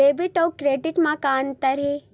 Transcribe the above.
Debit अउ credit म का अंतर हे?